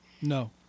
No